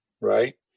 right